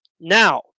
Now